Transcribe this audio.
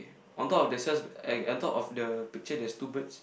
on top of the Sal's I on top of the picture there is two birds